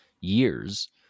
years